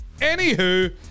Anywho